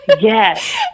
Yes